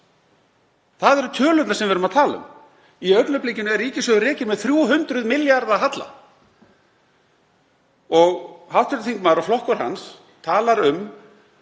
Það eru tölurnar sem við erum að tala um. Í augnablikinu er ríkissjóður rekinn með 300 milljarða halla og hv. þingmaður og flokkur hans talar um